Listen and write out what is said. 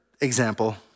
example